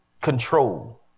control